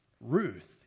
Ruth